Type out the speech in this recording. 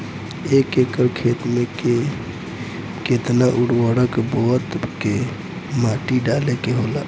एक एकड़ खेत में के केतना उर्वरक बोअत के माटी डाले के होला?